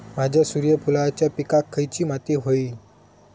माझ्या सूर्यफुलाच्या पिकाक खयली माती व्हयी?